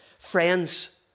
Friends